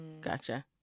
Gotcha